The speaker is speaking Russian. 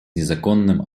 незаконным